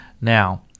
Now